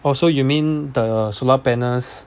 oh so you mean the solar panels